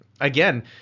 Again